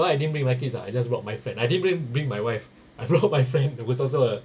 I didn't bring my kids ah I just brought my friend I didn't bring bring my wife I brought my friend that was also a